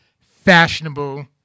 fashionable